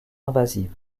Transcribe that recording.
invasives